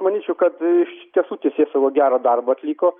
manyčiau kad ištiesų teisėsauga gerą darbą atliko